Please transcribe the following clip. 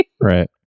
right